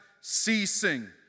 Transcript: ceasing